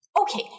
Okay